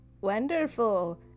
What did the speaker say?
wonderful